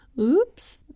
Oops